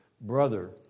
brother